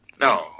No